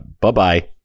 Bye-bye